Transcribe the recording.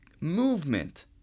movement